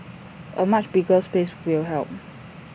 A much bigger space will help